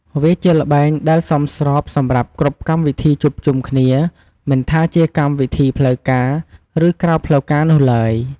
វាជាល្បែងដែលសមស្របសម្រាប់គ្រប់កម្មវិធីជួបជុំគ្នា មិនថាជាកម្មវិធីផ្លូវការ ឬក្រៅផ្លូវការនោះឡើយ។